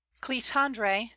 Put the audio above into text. clitandre